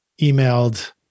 emailed